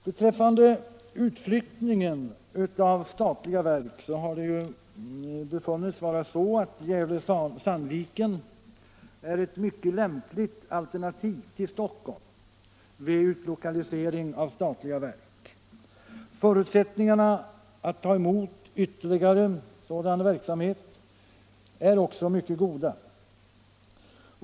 Beträffande utlokalisering av statliga verk har Gävle-Sandviken befunnits vara ett mycket lämpligt alternativ till Stockholm. Förutsättningarna för att ta emot ytterligare sådan verksamhet är också mycket goda.